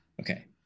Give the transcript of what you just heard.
Okay